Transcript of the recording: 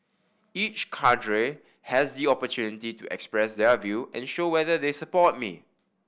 each cadre has the opportunity to express their view and show whether they support me